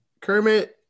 Kermit